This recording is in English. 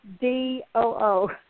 D-O-O